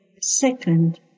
second